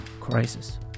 crisis